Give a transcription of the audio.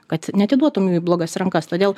kad neatiduotum į blogas rankas todėl